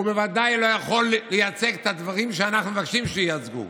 הוא בוודאי לא יכול לייצג את הדברים שאנחנו מבקשים שייוצגו.